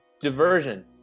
Diversion